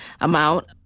amount